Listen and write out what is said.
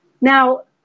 Now